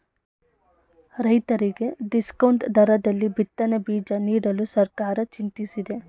ರೈತರಿಗೆ ಡಿಸ್ಕೌಂಟ್ ದರದಲ್ಲಿ ಬಿತ್ತನೆ ಬೀಜ ನೀಡಲು ಸರ್ಕಾರ ಚಿಂತಿಸಿದೆ